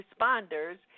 responders